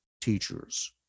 teachers